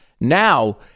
Now